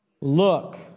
Look